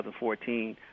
2014